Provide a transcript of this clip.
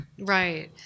Right